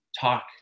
talk